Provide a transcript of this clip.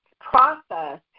process